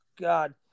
god